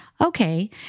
Okay